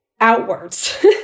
outwards